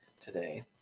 today